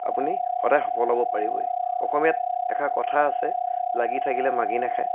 আপুনি সদায় সফল হ'ব পাৰিবই অসমীয়াত এষাৰ কথা আছে লাগি থাকিলে মাগি নাখায়